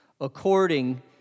according